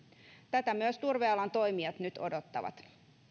tätä myös turvealan toimijat nyt odottavat